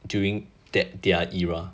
during that their era